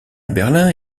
berlin